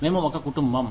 మేము ఒక కుటుంబం